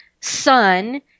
son